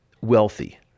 wealthy